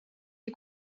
des